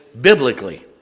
biblically